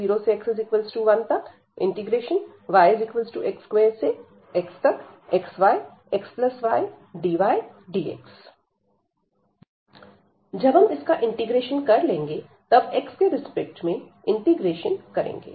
जब हम इसका इंटीग्रेशन कर लेंगे तब x के रिस्पेक्ट में इंटीग्रेशन करेंगे